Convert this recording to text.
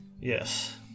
Yes